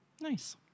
Nice